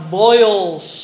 boils